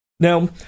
Now